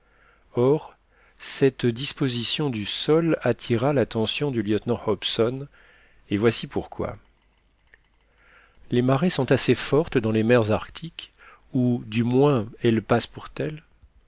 or cette disposition du sol attira l'attention du lieutenant hobson et voici pourquoi les marées sont assez fortes dans les mers arctiques ou du moins elles passent pour telles